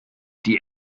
die